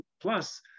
plus